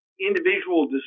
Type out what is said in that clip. individual